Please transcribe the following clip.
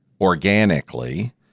organically